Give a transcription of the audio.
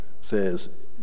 says